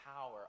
power